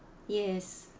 yes